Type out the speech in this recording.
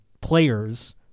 players